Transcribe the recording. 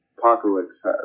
Apocalypse